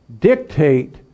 dictate